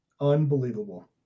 Unbelievable